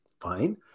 fine